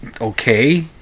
okay